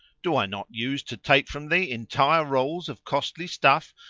do i not use to take from thee entire rolls of costly stuff,